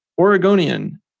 Oregonian